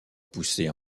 poussé